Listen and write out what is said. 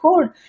code